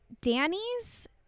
Danny's